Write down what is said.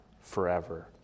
forever